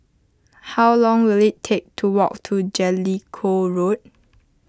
how long will it take to walk to Jellicoe Road